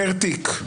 פר תיק.